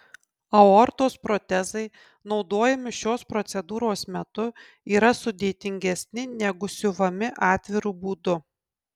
aortos protezai naudojami šios procedūros metu yra sudėtingesni negu siuvami atviru būdu